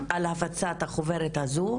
על הפצת החוברת הזו.